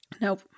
Nope